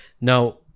Now